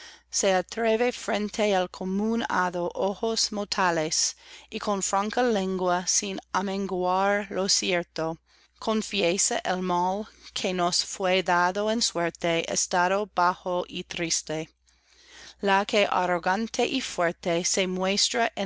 se atreve frente el común hado ojos mortales y con franca lengua sin amenguar lo cierto confiesa el mal que nos fué dado en suerte estado bajo y triste la que arrogante